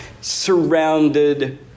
surrounded